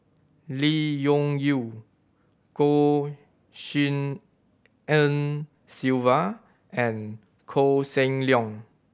Lee Yung Yew Goh Tshin En Sylvia and Koh Seng Leong